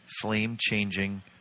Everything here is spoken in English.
flame-changing